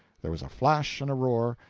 there was a flash and a roar,